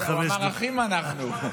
הוא אמר: אחים אנחנו.